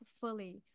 fully